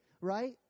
right